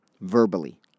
Verbally